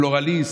פלורליסט.